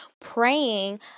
praying